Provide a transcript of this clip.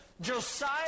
Josiah